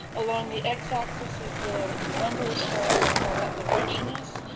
along the x axis is the number of stars, i call that the richness,